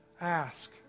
Ask